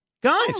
Guys